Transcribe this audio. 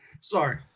Sorry